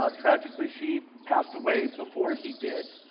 um tragically, she passed away before he did,